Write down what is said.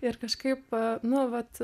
ir kažkaip nu vat